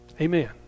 Amen